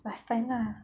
last time ah